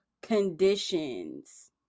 conditions